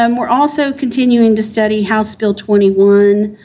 um we're also continuing to study house bill twenty one,